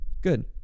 good